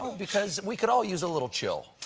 because we could all use a little chill.